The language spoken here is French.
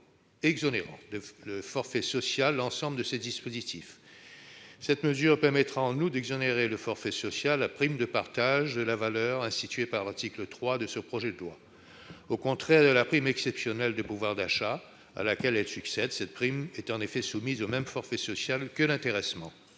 exonérant de forfait social l'ensemble de ces dispositifs. Cette mesure permettra, en outre, d'exonérer de forfait social la prime de partage de la valeur instituée par l'article 1 de ce projet de loi. En effet, à la différence de la prime exceptionnelle de pouvoir d'achat (PEPA), à laquelle elle succède, cette prime est soumise au même forfait social que l'intéressement.